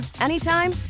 anytime